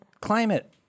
climate